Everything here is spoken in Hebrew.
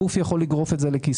בעצם, הגוף יכול לגרוף את זה לכיסו.